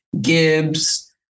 Gibbs